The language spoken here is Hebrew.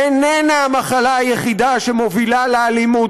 איננה המחלה היחידה המובילה לאלימות,